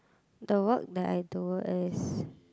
the work that I do is